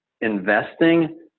investing